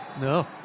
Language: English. no